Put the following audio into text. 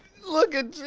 look at